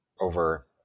over